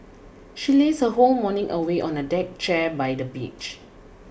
she lazed her whole morning away on a deck chair by the beach